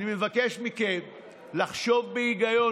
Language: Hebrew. אני מבקש מכם לחשוב בהיגיון.